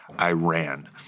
Iran